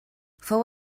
fou